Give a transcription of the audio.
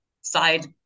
side